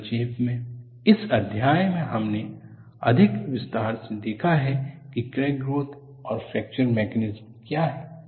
तो संक्षेप में इस अध्याय में हमने अधिक विस्तार से देखा है कि क्रैक ग्रोथ और फ्रैक्चर मैकेनिज्म क्या हैं